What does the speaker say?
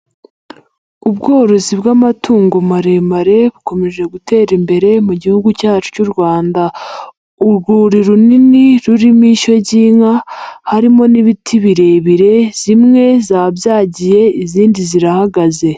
Ubworozi bw'amatungo maremare bukomeje gutera imbere mu gihugu cyacu cy'u Rwanda, urwuri runini rurimo ishyo ry'inka, harimo n'ibiti birebire, zimwe zababyagiye izindi zirahagaze.